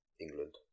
England